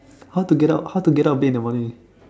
how to get out how to get out of bed in the morning